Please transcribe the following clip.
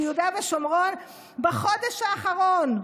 ביהודה ושומרון בחודש האחרון.